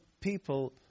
people